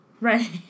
Right